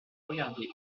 regarder